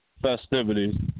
festivities